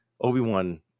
Obi-Wan